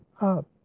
up